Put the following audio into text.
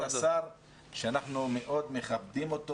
מלשכת השר שאנחנו מאוד מכבדים אותו